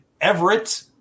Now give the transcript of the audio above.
Everett